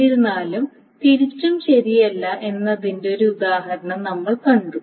എന്നിരുന്നാലും തിരിച്ചും ശരിയല്ല എന്നതിന്റെ ഒരു ഉദാഹരണം നമ്മൾ കണ്ടു